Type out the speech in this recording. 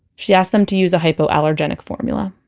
she asked them to use a hypoallergenic formula.